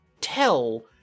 tell